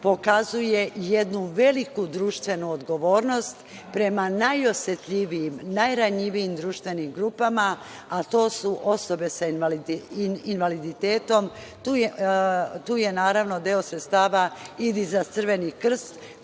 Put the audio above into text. pokazuje jednu veliku društvenu odgovornost prema najosetljivijim, najranjivijim društvenim grupama, a to su osobe sa invaliditetom. Naravno, tu deo sredstava ide i za „Crveni krst“,